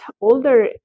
older